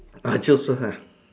啊就是啦:ah jiu shi lah